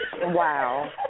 Wow